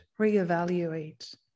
reevaluate